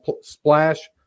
splash